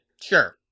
Sure